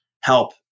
help